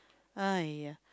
!aiya!